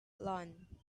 lawn